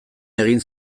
egin